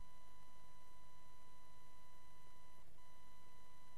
הסכימו להמיר את הצעותיהן מאי-אמון להצעות לסדר-היום.